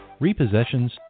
repossessions